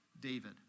David